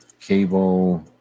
cable